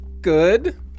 Good